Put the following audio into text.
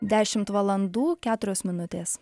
dešimt valandų keturios minutės